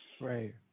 Right